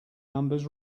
numbers